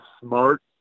smart